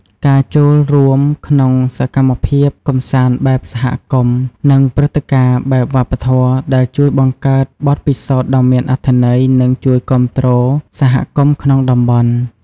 ការចូលរួមក្នុងសកម្មភាពកម្សាន្តបែបសហគមន៍ និងព្រឹត្តិការណ៍បែបវប្បធម៌ ដែលជួយបង្កើតបទពិសោធន៍ដ៏មានអត្ថន័យ និងជួយគាំទ្រសហគមន៍ក្នុងតំបន់។